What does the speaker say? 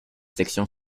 section